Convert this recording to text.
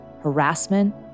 harassment